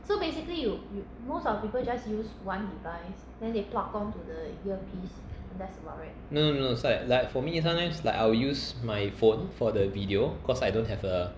no no no is like for me sometimes I will use my phone for the video cause I don't have the